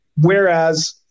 Whereas